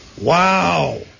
Wow